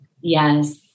Yes